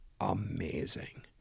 amazing